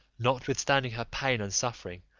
notwithstanding her pain and suffering,